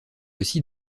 aussi